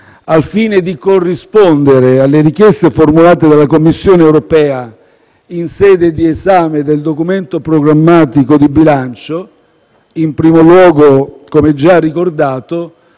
al fine di corrispondere alle richieste formulate dalla Commissione europea in sede di esame del documento programmatico di bilancio, in primo luogo, come già ricordato,